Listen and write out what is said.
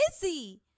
busy